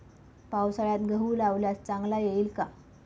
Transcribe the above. पावसाळ्यात गहू लावल्यास चांगला येईल का?